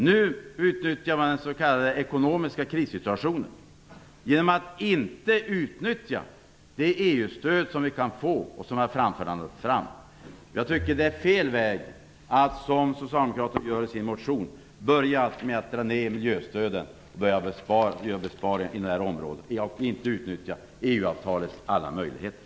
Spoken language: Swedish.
Nu utnyttjar man den s.k. ekonomiska krissituationen genom att inte utnyttja det EU-stöd vi kan få och som har förts fram. Det är fel väg att gå, att som Socialdemokraterna gör i sin motion börja med att dra ner miljöstöden och göra besparingar inom det området. De har inte utnyttjat EU-avtalets alla möjligheter.